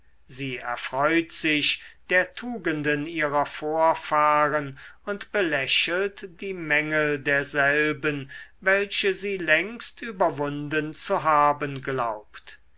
sie erfreut sich der tugenden ihrer vorfahren und belächelt die mängel derselben welche sie längst überwunden zu haben glaubt